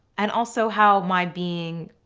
and also how my being